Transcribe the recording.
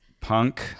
Punk